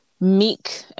meek